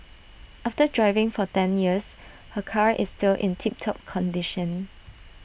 after driving for ten years her car is still in tip top condition